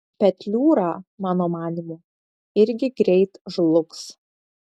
petliūra mano manymu irgi greit žlugs